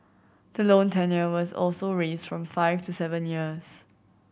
the loan tenure was also raised from five to seven years